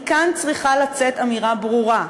מכאן צריכה לצאת אמירה ברורה,